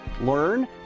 learn